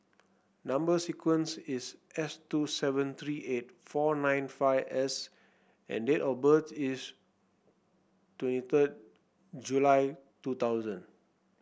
number sequence is S two seven three eight four nine five S and date of birth is twenty third July two thousand